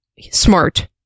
smart